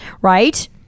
right